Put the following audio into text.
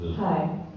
Hi